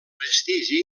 prestigi